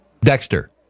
Dexter